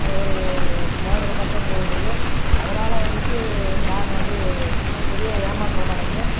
ஒரு மோதிரம் மட்டும் இருந்தது அதனால் வந்துட்டு நான் வந்து பெரிய ஏமாற்றம் அடைந்தேன்